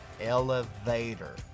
elevator